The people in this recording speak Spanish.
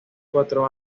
cuatro